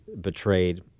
betrayed